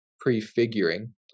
prefiguring